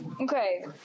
Okay